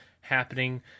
happening